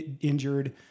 injured